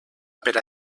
per